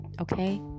okay